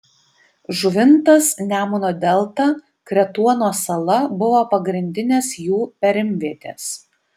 žuvintas nemuno delta kretuono sala buvo pagrindinės jų perimvietės